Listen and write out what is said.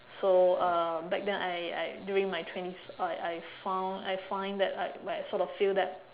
so uh back then I I during my twenties I I found I find that like I sort of feel that